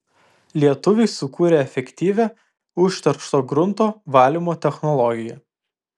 lietuviai sukūrė efektyvią užteršto grunto valymo technologiją